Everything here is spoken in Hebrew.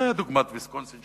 ראה דוגמת ויסקונסין,